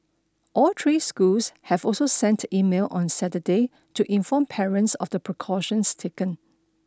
all three schools have also sent emails on Saturday to inform parents of precautions taken